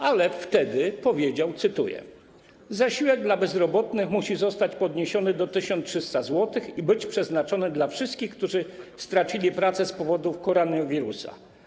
Ale wtedy powiedział, cytuję: zasiłek dla bezrobotnych musi zostać podniesiony do 1300 zł i być przeznaczony dla wszystkich, którzy stracili pracę z powodu koronawirusa.